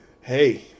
hey